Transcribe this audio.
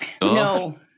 No